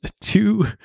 two